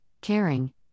caring